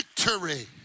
victory